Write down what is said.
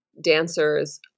dancers